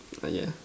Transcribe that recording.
ah yes